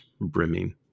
brimming